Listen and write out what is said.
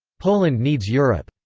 poland needs europe.